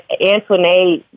Antoinette